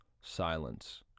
Silence